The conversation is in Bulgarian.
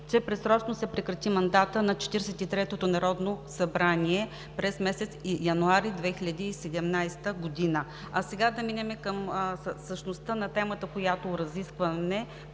че предсрочно се прекрати мандатът на 43-тото народно събрание през месец януари 2017 г. Сега да минем към същността на темата, която разискваме